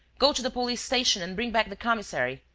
go to the police-station and bring back the commissary.